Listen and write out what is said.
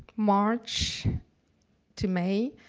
march to may,